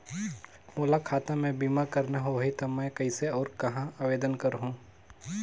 मोला खाता मे बीमा करना होहि ता मैं कइसे और कहां आवेदन करहूं?